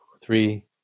Three